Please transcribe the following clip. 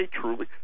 truly